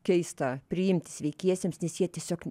keista priimti sveikiesiems nes jie tiesiog